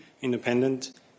independent